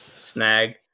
snag